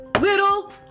little